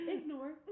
Ignore